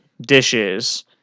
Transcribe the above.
dishes